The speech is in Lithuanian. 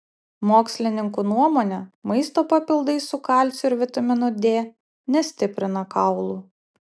mokslininkų nuomone maisto papildai su kalciu ir vitaminu d nestiprina kaulų